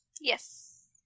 Yes